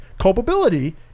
culpability